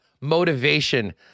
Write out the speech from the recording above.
motivation